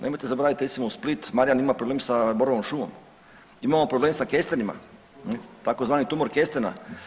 Nemojte zaboravit recimo Split, Marjan ima problem sa borovom šumom, imamo problem sa kestenima tzv. tumor kestena.